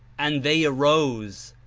and they arose,